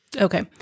Okay